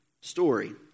story